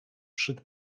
przed